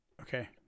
Okay